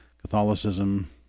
Catholicism